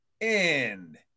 end